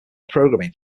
programming